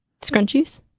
Scrunchies